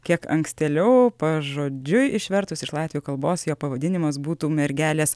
kiek ankstėliau pažodžiui išvertus iš latvių kalbos jo pavadinimas būtų mergelės